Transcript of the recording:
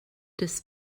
des